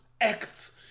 acts